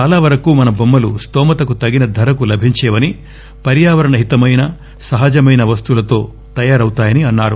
చాలా వరకు మన టొమ్మలు న్దో మతకు తగిన ధరకు లభించేవని పర్యావరణ హితమైన సహజమైన వస్తువులతో తయారవుతాయని అన్నారు